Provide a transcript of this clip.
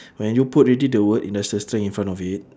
when you put already the word industrial strength in front of it